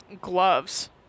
gloves